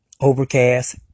Overcast